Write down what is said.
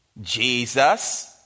Jesus